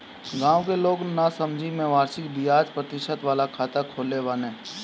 गांव के लोग नासमझी में वार्षिक बियाज प्रतिशत वाला खाता खोलत बाने